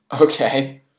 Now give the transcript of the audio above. Okay